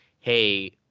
Hey